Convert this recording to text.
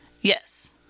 Yes